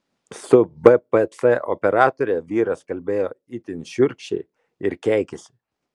su bpc operatore vyras kalbėjo itin šiurkščiai ir keikėsi